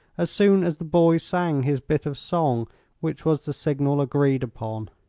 as soon as the boy sang his bit of song which was the signal agreed upon.